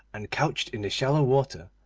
and couched in the shallow water,